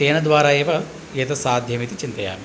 तेन द्वारा एव एतत् साध्यम् इति चिन्तयामि